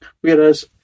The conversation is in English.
Whereas